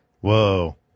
whoa